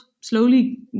slowly